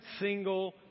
single